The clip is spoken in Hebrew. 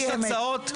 יש הצעות,